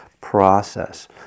process